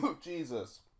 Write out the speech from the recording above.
Jesus